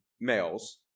males